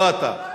לא אתה.